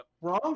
Wrong